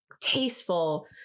tasteful